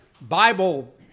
Bible